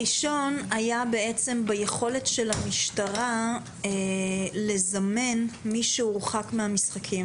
הראשון היה ביכולת של המשטרה לזמן מי שהורחק מהמשחקים.